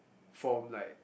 form like